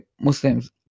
Muslims